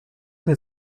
mit